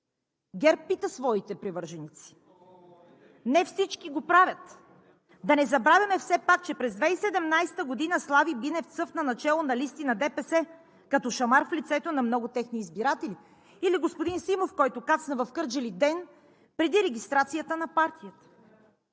ГЕРБ пита своите привърженици. Не всички го правят! Да не забравяме все пак, че през 2017 г. Слави Бинев цъфна начело на листи на ДПС, като шамар в лицето на много техни избиратели! Или господин Симов, който кацна в Кърджали ден преди регистрацията на партията!